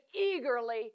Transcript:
eagerly